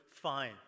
fine